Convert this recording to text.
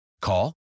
Call